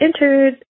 entered